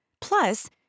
Plus